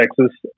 Texas